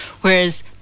whereas